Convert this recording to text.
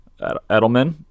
Edelman